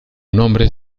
nombre